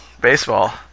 Baseball